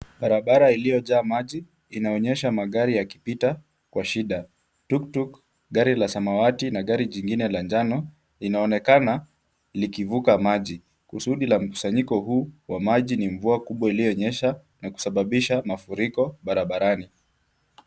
Barabara iliyojaa maji inaonyesha magari yakipita kwa shida. Tuktuk , gari la samawati na gari jingine la njano inaonekana likivuka maji. Kusudi la mkusanyiko huu wa maji ni mvua kubwa ilionyesha na kusababisha mafuriko barabarani.